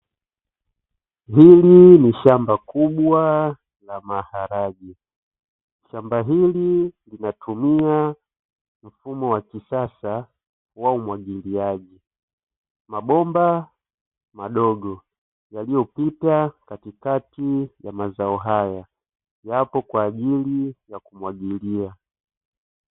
Hili ni shamba kubwa la maharage, shamba hili linaumia mfumo wa kisasa wa umwagiliaji. Mabomba madogo yaliyopita katikati ya mazao hayo yapo kwa ajili ya kumwagilia.